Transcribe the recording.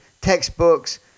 textbooks